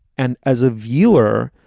and as a viewer,